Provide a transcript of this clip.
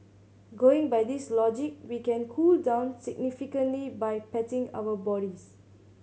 going by this logic we can cool down significantly by patting our bodies